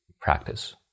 practice